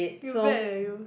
you bad eh you